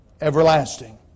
everlasting